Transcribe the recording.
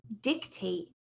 dictate